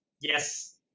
Yes